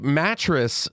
mattress